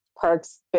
Parks